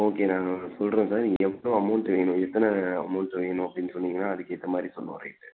okay நான் சொல்லுறேன் sir எவ்வளோ அமௌண்ட்டு வேணும் எத்தனை அமௌண்ட்டு வேணும் அப்படின்னு சொன்னீங்கன்னா அதுக்கு ஏற்ற மாதிரி சொல்லுவேன் ரேட்டு